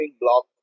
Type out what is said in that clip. block